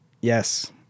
Yes